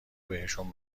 بهشون